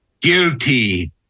Guilty